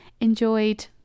enjoyed